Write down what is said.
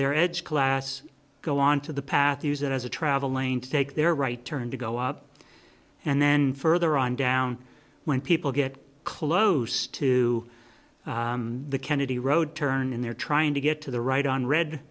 their edge class go on to the path use it as a travel lane to take their right turn to go up and then further on down when people get close to the kennedy road turn and they're trying to get to the right on red